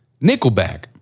Nickelback